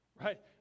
right